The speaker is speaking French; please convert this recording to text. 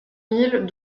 mille